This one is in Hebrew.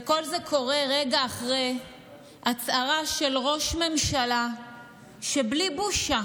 וכל זה קורה רגע אחרי הצהרה של ראש ממשלה שבלי בושה